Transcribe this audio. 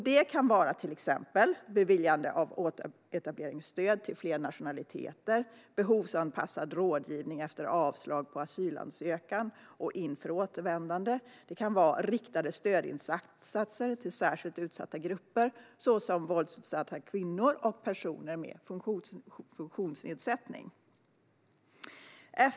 Det kan handla till exempel om beviljande av återetableringsstöd för fler nationaliteter, behovsanpassad rådgivning efter avslag på asylansökan och inför återvändande samt riktade stödinsatser till särskilt utsatta grupper, såsom våldsutsatta kvinnor och personer med funktionsnedsättning.